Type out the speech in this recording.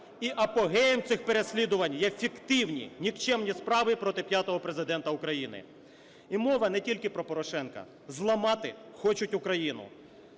І апогеєм цих переслідувань є фіктивні, нікчемні справи проти п'ятого Президента України. І мова не тільки про Порошенка. Зламати хочуть Україну.